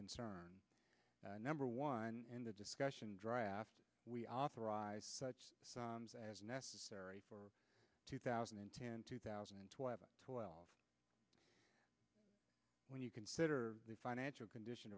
concern number one in the discussion draft we authorize such as necessary for two thousand and ten two thousand and twelve when you consider the financial condition